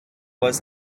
was